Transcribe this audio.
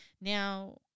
Now